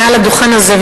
על הדוכן הזה,